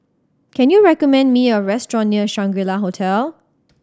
can you recommend me a restaurant near Shangri La Hotel